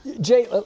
Jay